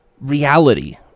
reality